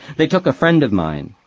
they took a friend of mine.